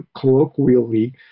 colloquially